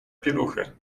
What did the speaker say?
pieluchy